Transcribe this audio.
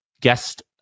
Guest